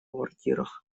квартирах